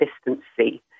consistency